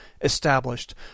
established